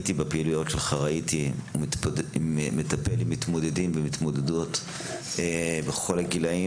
הייתי בפעילויות שלך וראיתי מתמודדים ומתמודדות בכל הגילים.